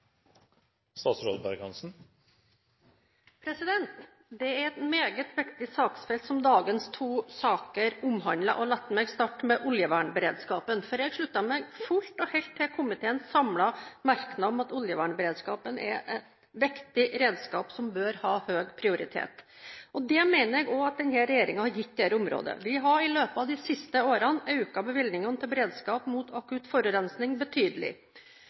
et meget viktig saksfelt som dagens to saker omhandler. La meg starte med oljevernberedskapen. Jeg slutter meg fullt og helt til komiteens samlede merknad om at oljevernberedskapen er et viktig redskap som bør ha høy prioritet. Det mener jeg at denne regjeringen har gitt dette området. Vi har i løpet av de siste årene økt bevilgningene til beredskap mot akutt forurensning betydelig.